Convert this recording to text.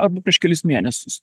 arba prieš kelis mėnesius